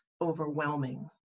overwhelming